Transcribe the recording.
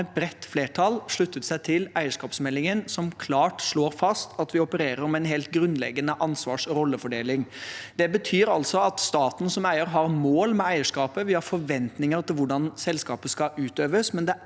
har, med bredt flertall, sluttet seg til eierskapsmeldingen, som klart slår fast at vi opererer med en helt grunnleggende ansvars- og rollefordeling. Det betyr altså at staten som eier har mål med eierskapet, vi har forventninger til hvordan selskapet skal utøves,